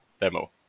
demo